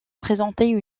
présenter